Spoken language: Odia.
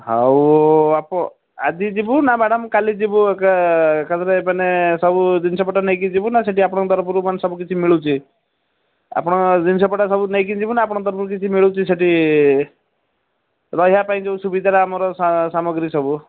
ହଉ ଆଜି ଯିବୁ ନା ମ୍ୟାଡ଼ମ୍ କାଲି ଯିବୁ ଏକାଥରେ ମାନେ ସବୁ ଜିନଷପଟା ନେଇକି ଯିବୁ ନା ସେଠି ଆପଣଙ୍କ ତରଫରୁ ମାନେ ସବୁକିଛି ମିଳୁଛି ଆପଣଙ୍କ ଜିନଷପଟା ସବୁ ନେଇକି ଯିବୁ ନା ଆପଣଙ୍କ ତରଫରୁ ସବୁ ମିଳୁଛି ସେଠି ରହିବା ପାଇଁ ଯେଉଁ ସୁବିଧା ଆମର ସାମଗ୍ରୀ ସବୁ